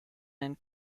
and